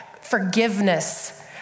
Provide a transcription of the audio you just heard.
forgiveness